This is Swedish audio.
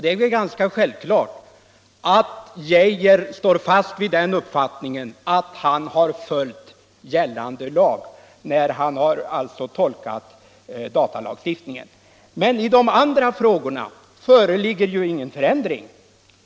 Det är ganska självklart att herr Geijer står fast vid den uppfattningen att han har följt gällande lag när han har tolkat datalagstiftningen. Men i de andra frågorna föreligger ju ingen förändring.